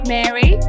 Mary